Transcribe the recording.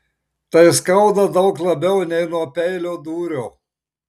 tai skauda daug labiau nei nuo peilio dūrio